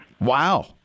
Wow